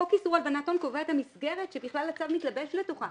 חוק איסור הלבנת הון קובע את המסגרת שהצו מתלבש לתוכה.